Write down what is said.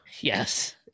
Yes